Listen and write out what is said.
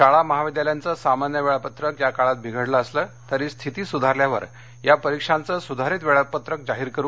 शाळा महाविद्यालयाचं सामान्य वेळापत्रक या काळात बिघडलं असलं तरी स्थिती सुधारल्यावर या परीक्षांच सुधारित वेळापत्रक जाहीर करू